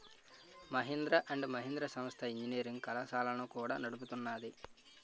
Mahindra and Mahindra సంస్థ engineering కళాశాలలను కూడా నడుపుతున్నాది